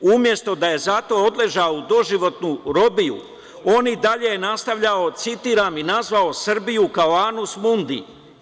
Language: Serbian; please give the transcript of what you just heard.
Umesto da je za to odležao doživotnu robiju, on je i dalje nastavljao, citiram, i nazvao Srbiju kao anus mundi.